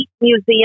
museum